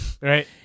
right